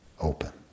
open